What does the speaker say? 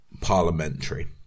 parliamentary